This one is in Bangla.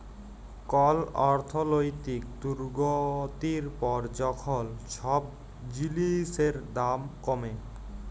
কল অর্থলৈতিক দুর্গতির পর যখল ছব জিলিসের দাম কমে